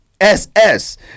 S-S